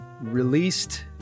released